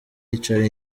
yicara